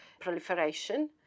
proliferation